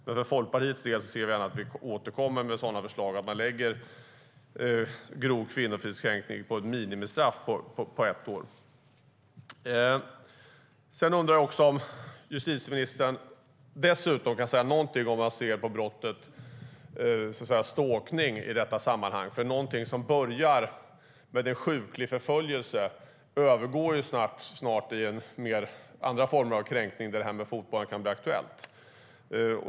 Men Folkpartiet ser gärna att förslag om att lägga minimistraffet på ett år för grov kvinnofridskränkning återkommer. Jag undrar också om justitieministern kan säga något om hur man ser på brottet stalkning i detta sammanhang. Något som börjar med en sjuklig förföljelse övergår snart i andra former av kränkning där fotbojan kan bli aktuell.